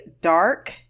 dark